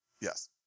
yes